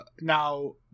now